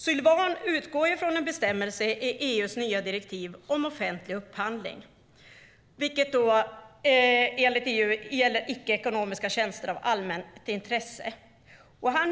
Sylwan utgår från en bestämmelse i EU:s nya direktiv om offentlig upphandling som inte omfattar "icke-ekonomiska tjänster av allmänt intresse".